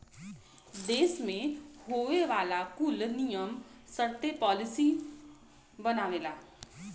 देस मे होए वाला कुल नियम सर्त पॉलिसी बनावेला